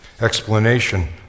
explanation